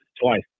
twice